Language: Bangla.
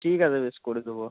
ঠিক আছে বেশ করে দেব